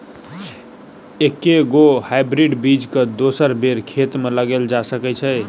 एके गो हाइब्रिड बीज केँ दोसर बेर खेत मे लगैल जा सकय छै?